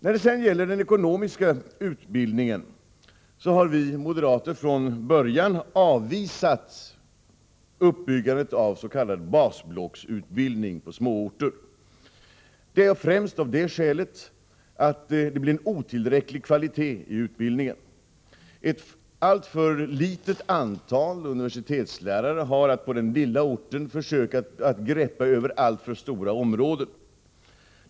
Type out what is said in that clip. När det sedan gäller den ekonomiska utbildningen har vi moderater från början avvisat uppbyggandet av s.k. basblocksutbildning på småorter. Det är främst av det skälet att det blir otillräcklig kvalitet i utbildningen. Ett alltför litet antal universitetslärare har att på den lilla orten försöka greppa över alltför stora områden.